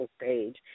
page